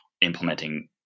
implementing